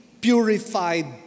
purified